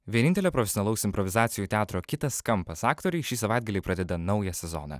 vienintelio profesionalaus improvizacijų teatro kitas kampas aktoriai šį savaitgalį pradeda naują sezoną